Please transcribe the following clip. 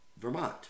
Vermont